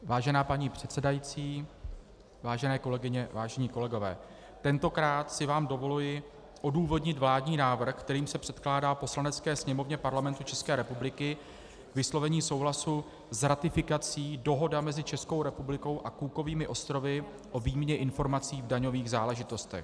Vážená paní předsedající, vážené kolegyně, vážení kolegové, tentokrát si vám dovoluji odůvodnit vládní návrh, kterým se předkládá Poslanecké sněmovně Parlamentu České republiky k vyslovení souhlasu s ratifikací Dohoda mezi Českou republikou a Cookovými ostrovy o výměně informací v daňových záležitostech.